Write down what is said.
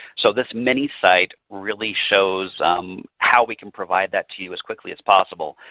so this mini site really shows how we can provide that to you as quickly as possible.